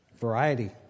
Variety